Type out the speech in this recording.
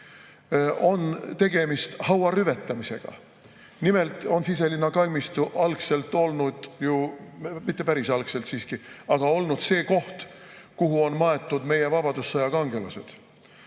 on tegemist haua rüvetamisega. Nimelt on Siselinna kalmistu algselt olnud – mitte päris algselt siiski – see koht, kuhu on maetud meie vabadussõja kangelased.